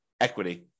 equity